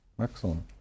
Excellent